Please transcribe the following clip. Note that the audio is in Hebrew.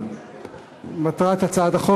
43,